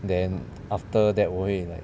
then after that 我会 like